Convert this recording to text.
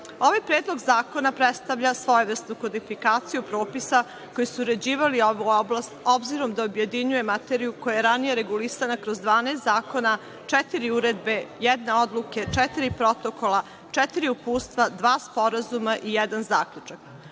Predlog zakona predstavlja svojevrsnu kodifikaciju propisa koji su uređivali ovu oblast, obzirom da objedinjuje materiju koja je ranije regulisana kroz 12 zakona, četiri uredbe, jednu odluku, četiri protokola, četiri uputstva, dva sporazuma i jedan zaključak. Na